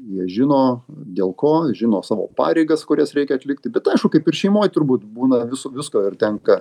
jie žino dėl ko žino savo pareigas kurias reikia atlikti bet aišku kaip ir šeimoj turbūt būna viso visko ir tenka